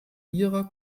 ihrer